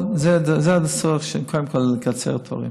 אבל זה קודם כול לצורך קיצור תורים.